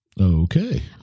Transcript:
Okay